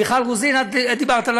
מיכל רוזין, את דיברת?